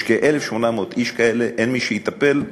יש כ-1,800 איש כאלה, אין מי שיטפל.